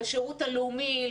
לשרות הלאומי,